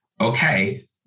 Okay